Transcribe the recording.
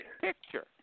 picture